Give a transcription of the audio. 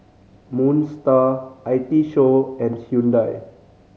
Moon Star I T Show and Hyundai